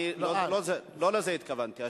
לא לזה התכוונתי.